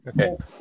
Okay